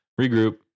Regroup